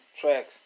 tracks